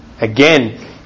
Again